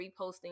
reposting